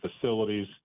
facilities